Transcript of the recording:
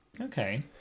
Okay